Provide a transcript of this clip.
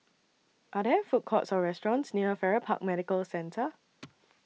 Are There Food Courts Or restaurants near Farrer Park Medical Centre